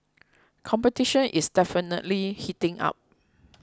competition is definitely heating up